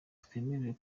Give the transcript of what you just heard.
ntemerewe